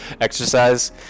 exercise